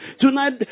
Tonight